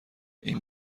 این